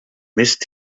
missed